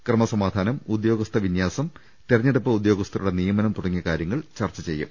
ക്രമസമാധാനം ഉദ്യോഗസ്ഥ വിന്യാസം തെരഞ്ഞെടുപ്പ് ഉദ്യോഗസ്ഥരുടെ നിയമനം തുട ങ്ങിയ കാര്യങ്ങൾ ചർച്ച ചെയ്യും